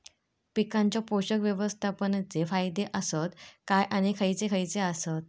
पीकांच्या पोषक व्यवस्थापन चे फायदे आसत काय आणि खैयचे खैयचे आसत?